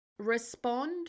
respond